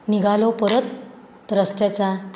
निघालो परत रस्त्याचा